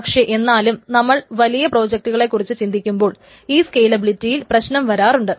പക്ഷെ എന്നാലും നമ്മൾ വലിയ പ്രോജക്റ്റുകളെക്കുറിച്ച് ചിന്തിക്കുമ്പോൾ ഈ സ്കെയിലബിലിറ്റിയിൽ പ്രശ്നം വരാറുണ്ട്